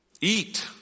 eat